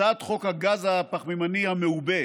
הצעת חוק הגז הפחמימני המעובה,